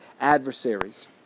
adversaries